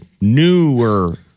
newer